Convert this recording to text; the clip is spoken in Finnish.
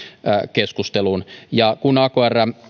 keskusteluun kun akr